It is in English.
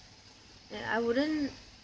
ya I wouldn't